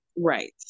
right